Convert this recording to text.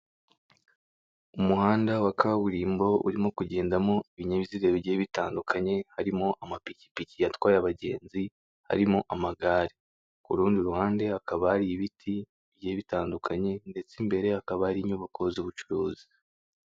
Umuhanda wa kaburimbo urimo kugendamo ibinyabiziga bigiye bitandukanye harimo amapikipiki atwaye abagenzi, harimo amagare, ku rundi ruhande hakaba hari ibiti bigiye bitandukanye ndetse imbere hakaba hari inyubako z'ubucuruzi.